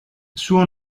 suo